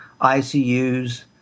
ICUs